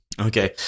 Okay